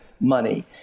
money